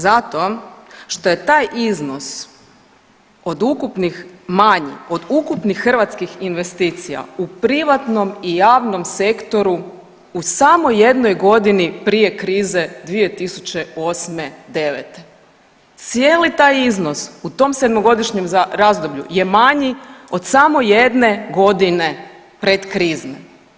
Zato što je taj iznos od ukupnih manji, od ukupnih hrvatskih investicija u privatnom i javnom sektoru u samo jednoj godini prije krize 2008.-'9., cijeli taj iznos u tom 7-godišnjem razdoblju je manji od samo jedne godine pretkrizne.